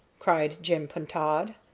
cried joe pintaud.